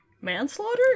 Manslaughter